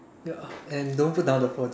ya and don't put down the phone